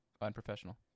unprofessional